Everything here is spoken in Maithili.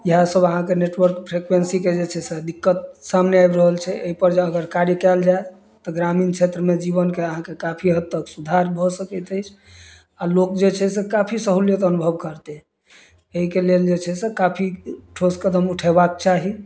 इएह सभ अहाँके नेटवर्क फ्रीक्वेन्सीके जे छै से दिक्कत सामने आबि रहल छै एहिपर अगर कार्य कयल जाए तऽ ग्रामीण क्षेत्रमे जीवनके अहाँके काफी हद तक सुधार भऽ सकैत अछि आ लोक जे छै से काफी सहूलियत अनुभव करतै एहिके लेल जे छै से काफी ठोस कदम उठेबाक चाही